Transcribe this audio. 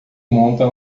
monta